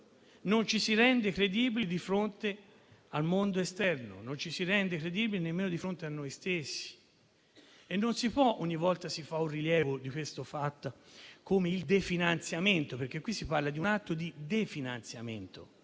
Non ci si rende credibili di fronte al mondo esterno; non ci si rende credibili nemmeno di fronte a noi stessi e non si può ogni volta rilevare questo fatto - perché si parla di un atto di definanziamento,